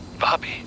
Bobby